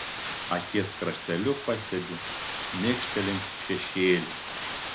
akies krašteliu pastebiu šmėkštelint šešėlį